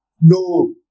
No